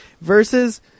Versus